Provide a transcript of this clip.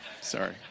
Sorry